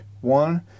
one